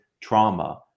trauma